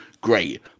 great